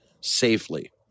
safely